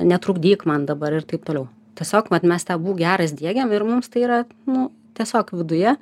netrukdyk man dabar ir taip toliau tiesiog vat mes tą būk geras diegiam ir mums tai yra nu tiesiog viduje